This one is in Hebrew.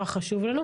ח.נ.: